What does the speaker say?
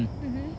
mmhmm